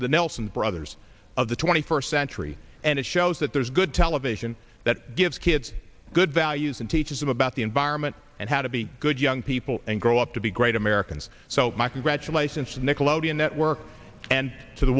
the nelson brothers of the twenty first century and it shows that there's good television that gives kids good values and teaches them about the environment and how to be good young people and grow up to be great americans so my congratulations to nickelodeon network and to the